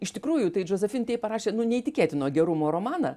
iš tikrųjų tai josephine tey parašė nu neįtikėtino gerumo romaną